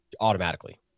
automatically